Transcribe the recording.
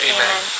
Amen